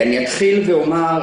אתחיל ואומר,